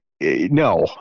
no